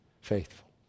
faithful